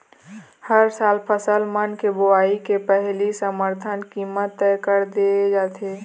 हर साल फसल मन के बोवई के पहिली समरथन कीमत तय कर दे जाथे